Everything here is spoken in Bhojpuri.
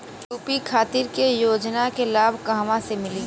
यू.पी खातिर के योजना के लाभ कहवा से मिली?